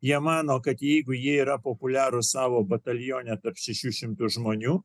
jie mano kad jeigu jie yra populiarūs savo batalione tarp šešių šimtų žmonių